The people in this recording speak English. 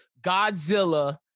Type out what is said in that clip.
Godzilla